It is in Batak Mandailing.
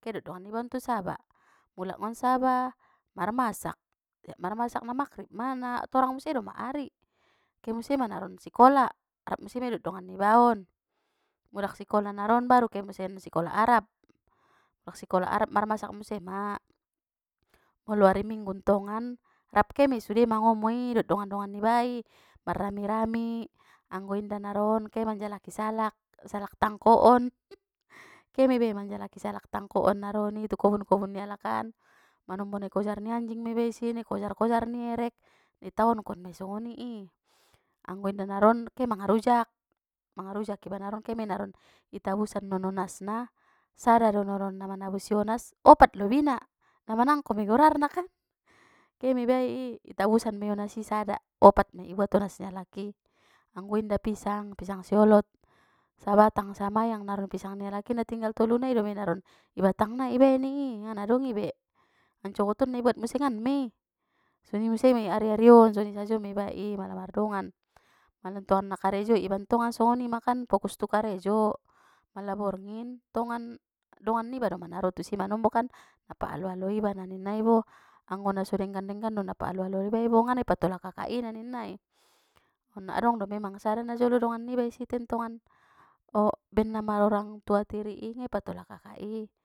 Ke dot dongan nibaon tu saba mulak ngon saba marmasak get marmasak na maghrib ma na torang muse doma ari ke muse ma naron sikola rap muse ma dot dongan ni baon mulak sikola naron baru ke museng sikola arab mulak sikola arab mar masak museng ma, molo ari minggu ntongan rap ke mei sude mangomo i dot dongan-dongan ni bai marrami-rami anggo inda naron ke manjalaki salak salak tangko on ke ma iba i manjalaki salak tangko on naron i tu kobun-kobun ni alakan manombo na i kojar ni anjing me iba isi na i kojar-kojar ni erek i taonkon mai soni i anggo inda naron ke mangarujak mangarujak iba naron ke mei naron itabusan non onas na sada do no naron na manabusi onas opat lobina na manangko me gorarna kan, ke me iba i itabusan mei onas i sada opat mei ibuat onas ni alak i anggo inda pisang pisang siolot sabatang sa mayang naron pisang ni alak i na tinggal tolu nai do me naron i batang nai ibaen i ngana dong ibe ancogot on na ibuat musengan mei so ni muse me ari-ari on soni sajo me iba i mala mardongan mala ntong na karejo iba ntongan songonima kan fokus tu karejo mala borngin tongan dongan niba doma naro tu si manombokan na pa alo-alo iba naninnai bo anggo na so denggan-denggan do na pa alo-alo iba i bo ngana i patola kakak i na ninna i ngkon na adong memang sada najolo dongan niba isi tentongan baen na mar orangtua tiri i nga ipatola kakak i.